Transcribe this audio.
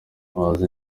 abazi